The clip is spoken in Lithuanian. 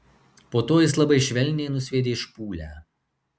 po to jis labai švelniai nusviedė špūlę